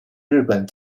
日本